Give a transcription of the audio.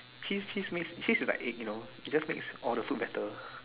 cheese cheese make cheese like egg you know it just make all the food better